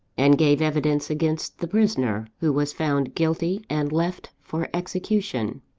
and gave evidence against the prisoner who was found guilty, and left for execution.